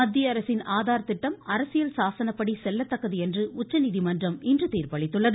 மத்திய அரசின் ஆதார் திட்டம் அரசியல் சாசனப்படி செல்லத்தக்கது என்று உச்சநீதிமன்றம் இன்று தீர்ப்பளித்துள்ளது